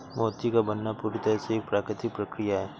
मोती का बनना पूरी तरह से एक प्राकृतिक प्रकिया है